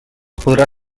podrà